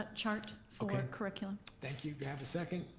ah chart for curricula. thank you. do i have a second?